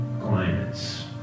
climates